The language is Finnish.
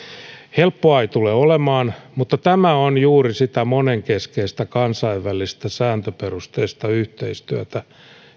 helppoa ei tule olemaan mutta tämä on juuri sitä monenkeskistä kansainvälistä sääntöperusteista yhteistyötä